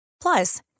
Plus